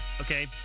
okay